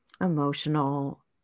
emotional